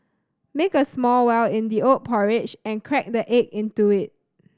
make a small well in the oat porridge and crack the egg into it